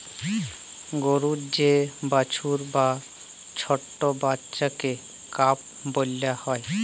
গরুর যে বাছুর বা ছট্ট বাচ্চাকে কাফ ব্যলা হ্যয়